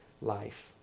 life